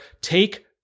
Take